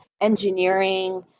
engineering